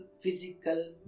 physical